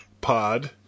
Pod